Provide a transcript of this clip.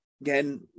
again